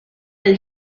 del